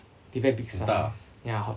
they very big size ya